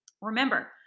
remember